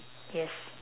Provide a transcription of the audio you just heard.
yes